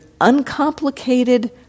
uncomplicated